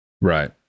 right